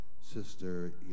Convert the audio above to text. sister